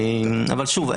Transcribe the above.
אבל שוב,